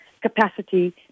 capacity